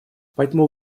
поэтому